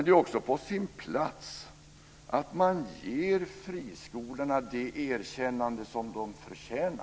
Det är också på sin plats att ge friskolorna det erkännande som de förtjänar.